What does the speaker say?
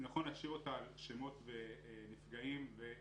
נכון להשאיר אותה על שמות נפגעים ועל